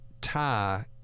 tie